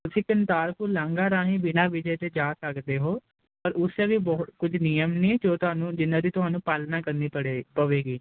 ਤੁਸੀਂ ਕਰਤਾਰਪੁਰ ਲਾਂਘਾ ਰਾਹੀ ਬਿਨਾਂ ਵੀਜੇ ਤੇ ਜਾ ਸਕਦੇ ਹੋ ਪਰ ਉਸੇ ਵੀ ਬਹੁਤ ਕੁਝ ਨਿਯਮ ਨੇ ਜੋ ਤੁਹਾਨੂੰ ਜਿਨਾਂ ਦੀ ਤੁਹਾਨੂੰ ਪਾਲਣਾ ਕਰਨੀ ਪੜੇ ਪਵੇਗੀ